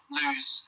lose